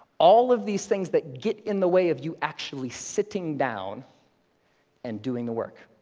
all of these things that get in the way of you actually sitting down and doing the work.